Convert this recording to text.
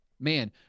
Man